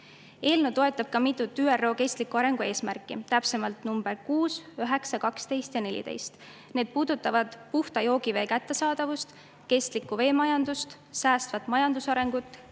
Eelnõu toetab ka mitut ÜRO kestliku arengu eesmärki, täpsemalt numbriga 6, 9, 12 ja 14. Need puudutavad puhta joogivee kättesaadavust, kestlikku veemajandust, säästvat majandusarengut,